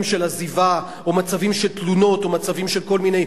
של עזיבה או מצבים של תלונות או מצבים של כל מיני,